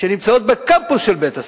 שנמצאות בקמפוס של בית-הספר,